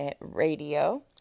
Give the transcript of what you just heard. Radio